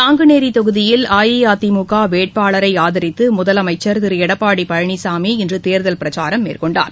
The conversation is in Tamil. நாங்குநேரி தொகுதியில் அஇஅதிமுக வேட்பாளரை ஆதரித்து முதலமைச்ச் திரு எடப்பாடி பழனிசாமி இன்று தேர்தல் பிரச்சாரம் மேற்கொண்டார்